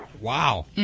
Wow